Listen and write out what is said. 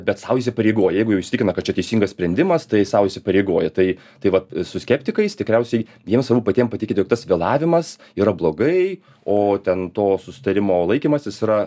bet sau įsipareigoja jeigu jau įsitikina kad čia teisingas sprendimas tai sau įsipareigoja tai tai vat su skeptikais tikriausiai jiems patiem patikėt jog tas vėlavimas yra blogai o ten to susitarimo laikymasis yra